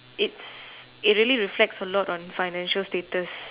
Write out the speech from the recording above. it's it really reflects a lot on financial status